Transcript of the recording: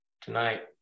tonight